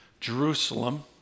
Jerusalem